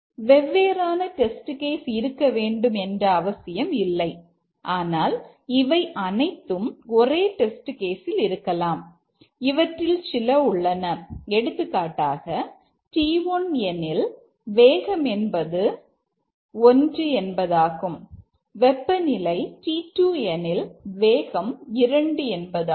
வெவ்வேறான test case இருக்க வேண்டும் என்ற அவசியமில்லை ஆனால் இவை அனைத்தும் ஒரே டெஸ்ட் கேஸில் இருக்கலாம் இவற்றில் சில உள்ளன எடுத்துக்காட்டாக T1 எனில் வேகம் என்பது 1 என்பதாகும் வெப்ப நிலை T2 எனில் வேகம் 2 என்பதாகும்